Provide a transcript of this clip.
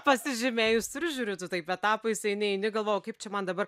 pasižymėjus ir žiūriu tu taip etapais eini eini galvoju kaip čia man dabar